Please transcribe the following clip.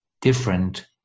different